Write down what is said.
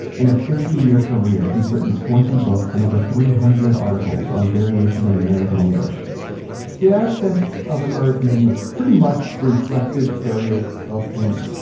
in a fifty year career he's written twenty books and over three hundred articles on variation in american english the accents of american english pretty much reflected areas of england.